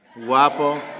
Guapo